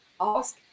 ask